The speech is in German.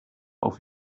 auf